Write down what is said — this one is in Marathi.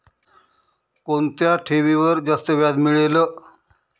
कोणत्या ठेवीवर जास्त व्याज मिळेल?